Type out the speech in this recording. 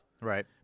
Right